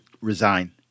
resign